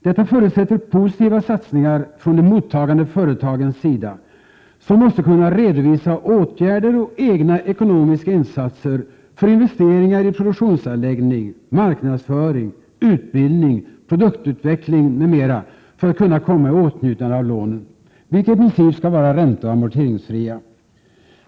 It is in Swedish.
Detta förutsätter positiva satsningar från de mottagande företagens sida, som måste kunna redovisa åtgärder och egna ekonomiska insatser för investeringar i produktionsanläggningar, marknadsföring, utbildning, produktutveckling m.m. för att kunna komma i åtnjutande av lånen, vilka i princip skall vara ränteoch amorteringsfria.